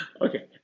Okay